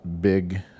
big